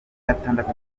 gatandatu